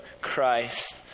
Christ